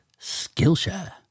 Skillshare